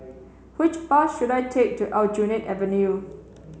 which bus should I take to Aljunied Avenue